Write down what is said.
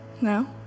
No